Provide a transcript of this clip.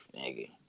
nigga